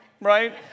right